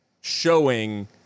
showing